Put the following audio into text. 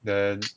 then